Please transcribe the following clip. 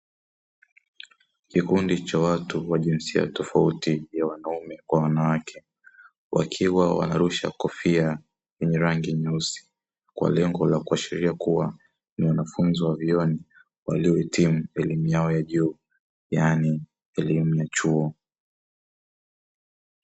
Kikundi cha watu wa jinsia tofauti ya wanaume kwa wanawake, wakiwa wanarusha kofia zenye rangi nyeusi kwa lengo la kuashiria kua ni wanafunzi wa vyuoni walio hitimu elimu yao ya juu yaani elimu ya chuo.